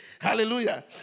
Hallelujah